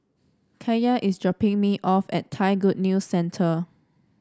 Kaia is dropping me off at Thai Good News Centre